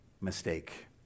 mistake